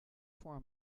for